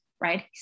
right